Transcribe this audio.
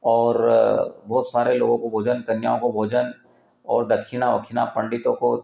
और बोहोत सारे लोगों को भोजन कन्याओं को भोजन और दक्षिणा ओक्षिणा पण्डितों को